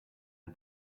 and